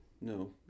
No